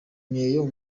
imyeyo